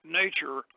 nature